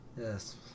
Yes